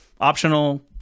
optional